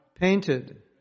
Painted